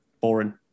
boring